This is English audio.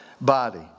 body